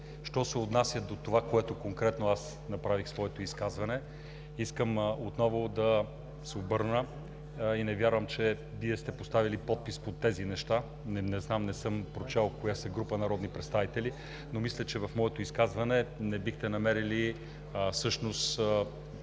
Що се отнася до това, което конкретно направих в своето изказване, искам отново да се обърна и не вярвам, че Вие сте поставили подпис под тези неща. Не знам, не съм прочел коя група народни представители. Мисля, че в моето изказване не бихте намерили всъщност